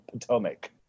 Potomac